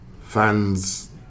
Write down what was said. fans